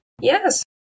yes